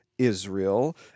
Israel